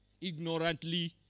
ignorantly